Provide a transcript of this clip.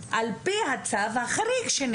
על פי הצו החריג שניתן.